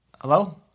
Hello